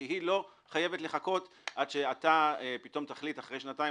כי היא לא חייבת לחכות עד שאתה פתאום תחליט אחרי שנתיים